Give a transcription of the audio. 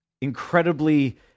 incredibly